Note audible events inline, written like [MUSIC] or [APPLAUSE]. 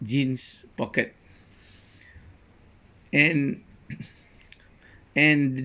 jeans pocket [BREATH] and [NOISE] and